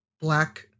Black